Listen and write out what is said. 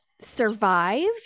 survive